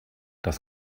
das